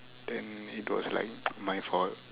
then it was like my fault